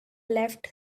left